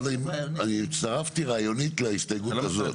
הצטרפתי רעיונית להסתייגות הזאת.